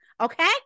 okay